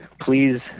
please